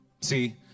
See